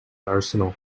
arsenal